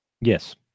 Yes